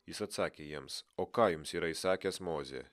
jis atsakė jiems o ką jums yra įsakęs mozė